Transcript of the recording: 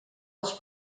els